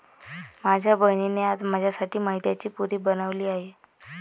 माझ्या बहिणीने आज माझ्यासाठी मैद्याची पुरी बनवली आहे